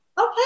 okay